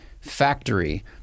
factory